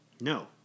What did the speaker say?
No